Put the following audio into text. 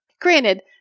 Granted